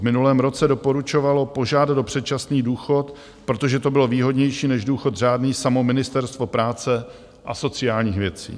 V minulém roce doporučovalo požádat o předčasný důchod, protože to bylo výhodnější než důchod řádný, samo Ministerstvo práce a sociální věcí.